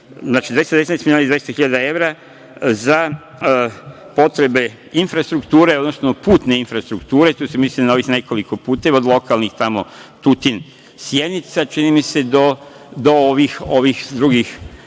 i 200 hiljada evra za potrebe infrastrukture, odnosno putne infrastrukture i tu se misli na ovih nekoliko puteva od lokalnih tamo Tutin-Sjenica, čini mi se, do ovih drugih